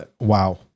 Wow